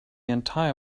entire